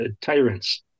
tyrants